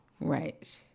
Right